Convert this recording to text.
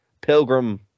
pilgrim